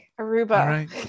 Aruba